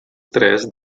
tres